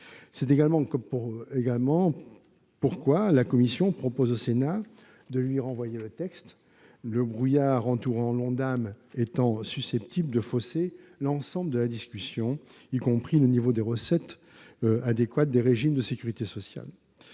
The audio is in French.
C'est également la raison pour laquelle la commission propose au Sénat de lui renvoyer le texte : le brouillard qui entoure l'Ondam est susceptible de fausser l'ensemble de la discussion, y compris le niveau des recettes adéquat des régimes de sécurité sociale.